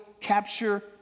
capture